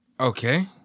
Okay